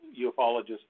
ufologists